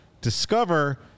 discover